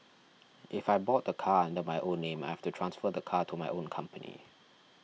if I bought the car under my own name I have to transfer the car to my own company